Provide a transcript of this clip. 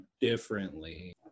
differently